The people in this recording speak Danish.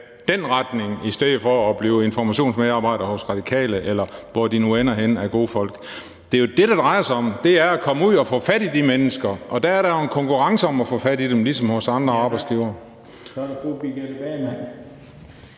den retning i stedet for at blive informationsmedarbejder hos Radikale, eller hvor de gode folk nu ender henne. Det er jo det, det drejer sig om. Det er at komme ud og få fat i de mennesker, og der er der jo en konkurrence om at få fat i dem, ligesom hos andre arbejdsgivere.